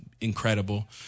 incredible